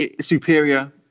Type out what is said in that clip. superior